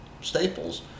Staples